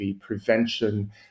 prevention